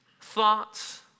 thoughts